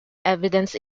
evidence